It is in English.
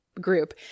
group